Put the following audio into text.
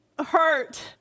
hurt